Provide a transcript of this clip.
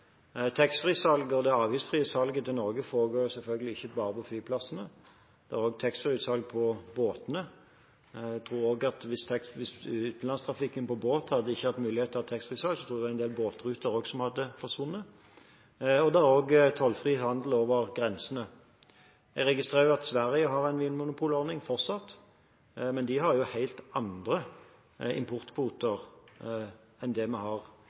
og det avgiftsfrie salget i Norge foregår selvfølgelig ikke bare på flyplassene, det er også taxfree-utsalg på båtene. Hvis båter i utenlandstrafikk ikke hadde hatt mulighet til å ha taxfree-salg, tror jeg en del båtruter hadde forsvunnet. Det er også tollfri handel over grensene. Jeg registrerer at Sverige fortsatt har en vinmonopolordning, men de har helt andre importkvoter enn det vi har